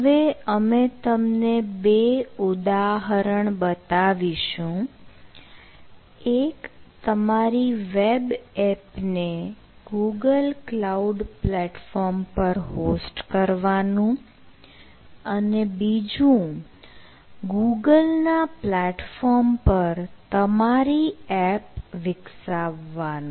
હવે અમે તમને બે ઉદાહરણ બતાવીશું એક તમારી વેબ એપ ને ગૂગલ કલાઉડ પ્લેટફોર્મ પર હોસ્ટ કરવાનું અને બીજું ગૂગલના પ્લેટફોર્મ પર તમારી એપ વિકસાવવાનું